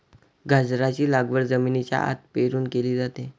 गाजराची लागवड जमिनीच्या आत पेरून केली जाते